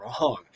wrong